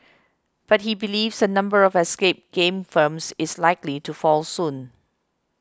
but he believes the number of escape game firms is likely to fall soon